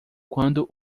quando